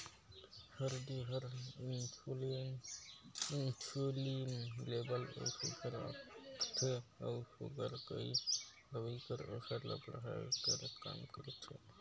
हरदी हर इंसुलिन लेबल ल सुग्घर राखथे अउ सूगर कर दवई कर असर ल बढ़ाए कर काम करथे